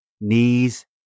knees